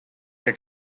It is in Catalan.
que